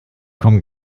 kommen